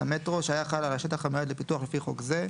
המטרו שהיה חל על השטח המיועד לפיתוח לפי חוק זה,